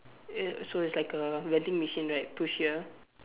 uh so it's like a vending machine right push here